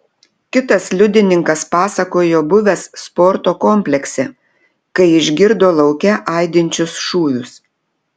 kitas liudininkas pasakojo buvęs sporto komplekse kai išgirdo lauke aidinčius šūvius